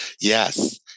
Yes